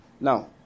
Now